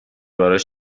براش